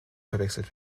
verwechselt